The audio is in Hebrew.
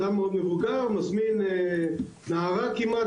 אדם מאוד מבוגר מזמין נערה כמעט,